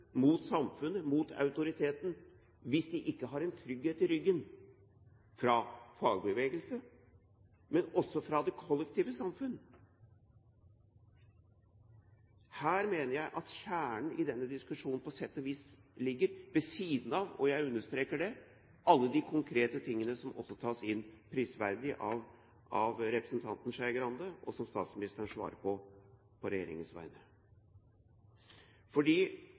mot samfunnet, mot autoriteten, hvis de ikke har en trygghet i ryggen – fra fagbevegelse, men også fra det kollektive samfunn. Her mener jeg at kjernen i denne diskusjonen på sett og vis ligger, ved siden av – og jeg understreker det – alle de konkrete tingene som også prisverdig tas opp av representanten Skei Grande, og som statsministeren svarte på på regjeringens vegne.